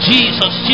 Jesus